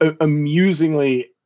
amusingly